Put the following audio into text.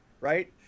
right